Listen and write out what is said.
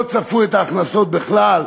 לא צפו את ההכנסות בכלל,